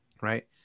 right